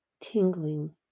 tingling